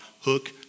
Hook